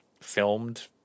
filmed